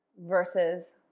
Versus